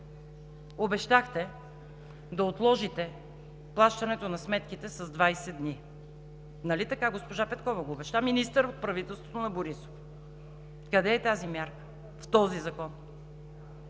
Обещахте да отложите плащането на сметките с 20 дни. Нали така? Госпожа Петкова го обеща – министър от правителството на Борисов. Къде е тази мярка в този закон?